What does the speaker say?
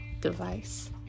device